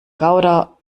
gouda